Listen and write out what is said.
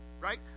right